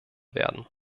werden